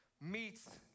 meets